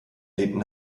lehnten